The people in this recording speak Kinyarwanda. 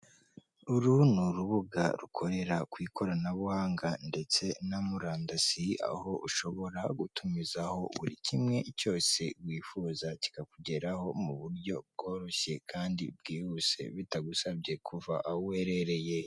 Uru ni urubuga rukorera ku ikoranabuhanga ndetse na murandasi aho ushobora gutumizaho buri kimwe cyose wifuza kikakugeraho mu buryo bworoshye kandi bwihuse bitagusabye kuva aho uherereye.